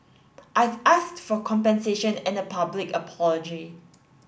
I've asked for compensation and a public apology